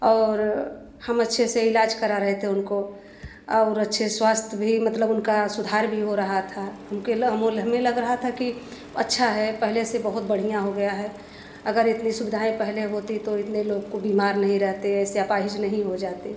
और हम अच्छे से इलाज़ करा रहे थे उनको और अच्छे स्वास्थ भी मतलब उनका सुधार भी हो रहा था हमके ला हमों हमें लग रहा था कि अच्छा है पहले से बहुत बढ़िया हो गया है अगर इतनी सुविधाएँ पहले होती तो इतने लोग को बीमार नहीं रहते ऐसे अपाहिज नहीं हो जाते